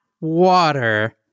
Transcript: Water